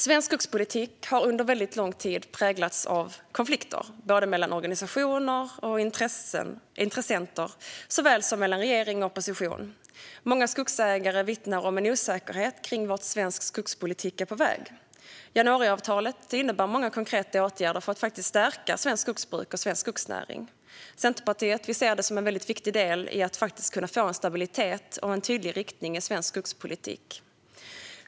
Svensk skogspolitik har under lång tid präglats av konflikter, såväl mellan organisationer och intressenter som mellan regering och opposition. Många skogsägare vittnar om en osäkerhet kring vart svensk skogspolitik är på väg. Januariavtalet innebär många konkreta åtgärder för att stärka svenskt skogsbruk och svensk skogsnäring. Centerpartiet ser detta som en viktig del när det gäller att få stabilitet och en tydlig riktning i svensk skogspolitik.